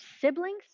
siblings